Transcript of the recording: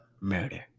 murder